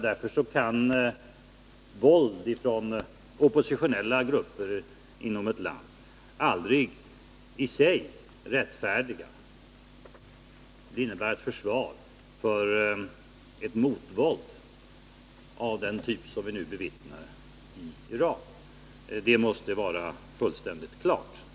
Därför kan våld från oppositionella grupper inom ett land aldrig i sig rättfärdiga ett motvåld av den typ som vi nu bevittnar i Iran. Det måste vara fullständigt klart.